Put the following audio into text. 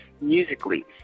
musically